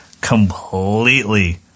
completely